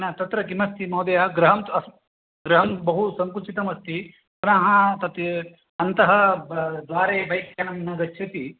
न तत्र किमस्ति महोदय गृहं तु अस्म् गृहं बहु सङ्कुचितमस्ति पुनः तत् अन्तः द्वारे बैक्यानं न गच्छति